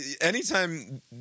anytime